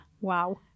Wow